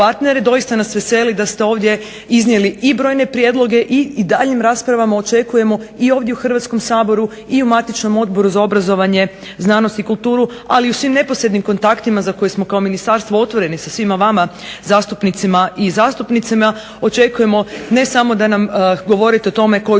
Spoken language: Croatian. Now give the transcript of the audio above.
Doista nas veseli da ste ovdje iznijeli i brojne prijedloge i u daljnjim raspravama očekujemo i ovdje u Hrvatskom saboru i u matičnom Odboru za obrazovanje, znanost i kulturu, ali i u svim neposrednim kontaktima za koje smo kao ministarstvo otvoreni sa svima vama zastupnicima i zastupnicama očekujemo ne samo da nam govorite o tome koji su